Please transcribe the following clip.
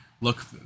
look